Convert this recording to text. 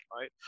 right